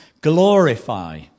Glorify